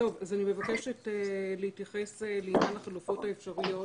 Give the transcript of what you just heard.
אני מבקשת להתייחס לעניין החלופות האפשריות